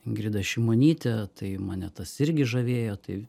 ingrida šimonyte tai mane tas irgi žavėjo tai